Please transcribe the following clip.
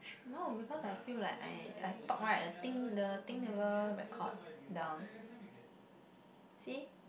no because I feel like I I talk right the thing the thing never record down see